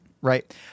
right